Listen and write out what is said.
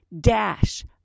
dash